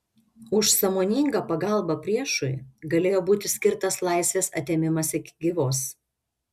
už sąmoningą pagalbą priešui galėjo būti skirtas laisvės atėmimas iki gyvos